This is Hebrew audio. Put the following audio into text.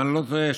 אם אני לא טועה,